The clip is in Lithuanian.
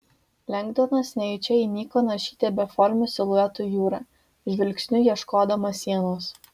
lengdonas nejučia įniko naršyti beformių siluetų jūrą žvilgsniu ieškodamas sienos